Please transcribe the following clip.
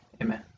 amen